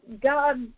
God